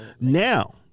Now